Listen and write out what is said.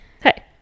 Hey